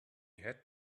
had